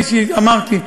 כפי שאמרתי,